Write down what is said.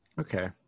Okay